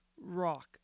rock